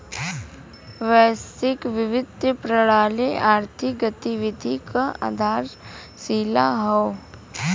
वैश्विक वित्तीय प्रणाली आर्थिक गतिविधि क आधारशिला हौ